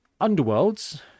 Underworlds